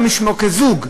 כזוג,